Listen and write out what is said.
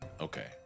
Okay